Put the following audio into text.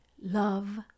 Love